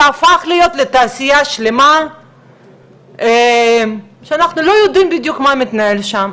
זה הפך להיות לתעשייה שלמה שאנחנו לא יודעים בדיוק מה מתנהל שם.